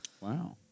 Wow